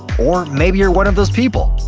or maybe you're one of those people!